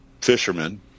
fishermen